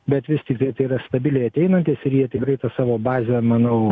bet vis tiktai tai yra stabiliai ateinantis ir jie tikrai tą savo bazę manau